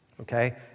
Okay